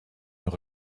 mehr